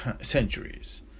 centuries